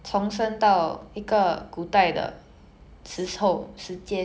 时代 let's just go with that